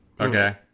Okay